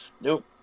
Nope